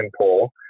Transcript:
poll